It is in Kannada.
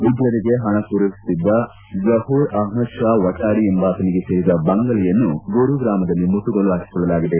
ಉಗ್ರರಿಗೆ ಪಣ ಪೂರೈಸುತ್ತಿದ್ದ ಝಹೂರ್ ಅಷ್ಟದ್ ಪಾ ವಟಾಳ ಎಂಬಾತನಿಗೆ ಸೇರಿದ ಬಂಗಲೆಯನ್ನು ಗುರುಗ್ರಮದಲ್ಲಿ ಮುಟ್ಲುಗೋಲು ಪಾಕಿೊಳ್ಳಲಾಗಿದೆ